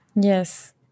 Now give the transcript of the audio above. Yes